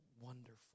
wonderful